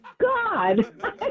God